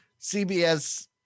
CBS